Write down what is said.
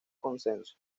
consenso